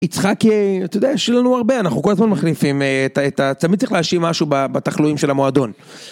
יצחק אה.. אתה יודע.. יש לנו הרבה, אנחנו כל הזמן מחליפים את.. את ה.. תמיד צריך להשאיר משהו בתחלואים של המועדון.